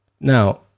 Now